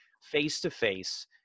face-to-face